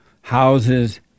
houses